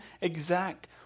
exact